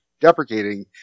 deprecating